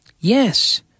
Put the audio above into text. Yes